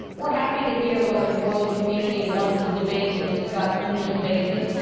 we're happy to hear what the world community wants to debate and discuss in this basis,